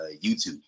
YouTube